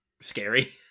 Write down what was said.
scary